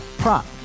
prop